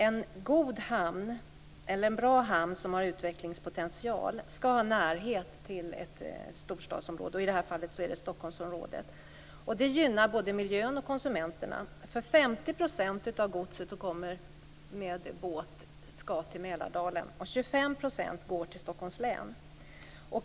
En bra hamn med utvecklingspotential skall ha närhet till ett storstadsområde, och i det här fallet är det Stockholmsområdet. Det gynnar både miljön och konsumenterna. 50 % av godset som kommer med båt skall till Mälardalen, och 25 % går till Stockholms län.